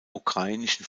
ukrainischen